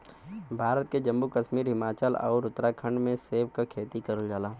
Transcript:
भारत के जम्मू कश्मीर, हिमाचल आउर उत्तराखंड में सेब के खेती करल जाला